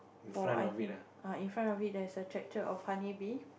for I think ah in front of it there's a tractor of honey bee